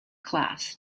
class